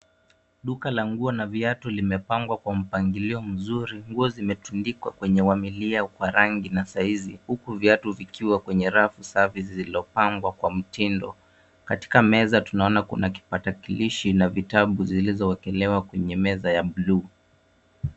Duka languo na viatu limepangwa kwa mpangilio mzuri. Nguo zimetundikwa kwenye wamilia wa rangi na saizi huku viatu vikiwa kwenye rafu safi zilizopangwa kwa mtindo. Katika meza tunaona kuna kipatakalishi na vitabu vilivyowekelewa kwenye meza ya buluu.